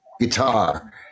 guitar